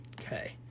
Okay